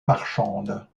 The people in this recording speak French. marchande